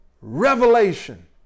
revelation